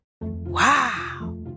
Wow